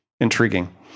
intriguing